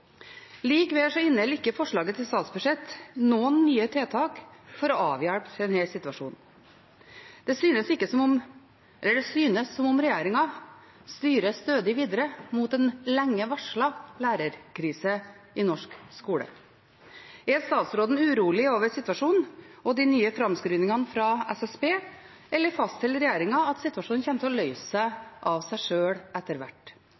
ikke forslaget til statsbudsjett noen nye tiltak for å avhjelpe denne situasjonen. Det synes som om regjeringen styrer stødig videre mot en lenge varslet lærerkrise i norsk skole. Er statsråden urolig over situasjonen og de nye framskrivningene fra SSB, eller fastholder regjeringen at situasjonen kommer til å løse seg av seg sjøl etter hvert?